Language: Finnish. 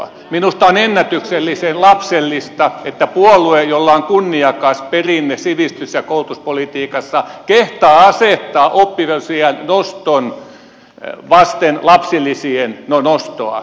minusta on ennätyksellisen lapsellista että puolue jolla on kunniakas perinne sivistys ja koulutuspolitiikassa kehtaa asettaa oppivelvollisuusiän noston vasten lapsilisien nostoa